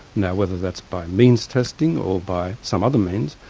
now whether that's by means testing, or by some other means,